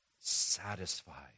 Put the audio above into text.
Satisfied